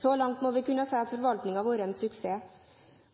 Så langt må vi kunne si at forvaltningen har vært en suksess.